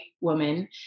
woman